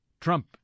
Trump